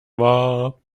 war